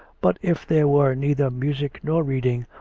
but if there were neither music nor reading,